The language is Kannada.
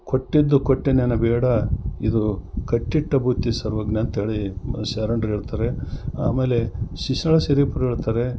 ಕೊಟ್ಟಿದ್ದು ಕೊಟ್ಟೆನೆನ ಬೇಡ ಇದು ಕಟ್ಟಿಟ್ಟ ಬುತ್ತಿ ಸರ್ವಜ್ಞ ಅಂಥೇಳಿ ಶರಣ್ರು ಹೇಳ್ತಾರೆ ಆಮೇಲೆ ಶಿಶಿನಾಳ ಶರೀಫ್ರು ಹೇಳ್ತಾರೆ